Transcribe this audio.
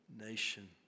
Nation